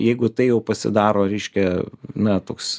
jeigu tai jau pasidaro reiškia na toks